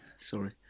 Sorry